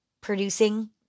producing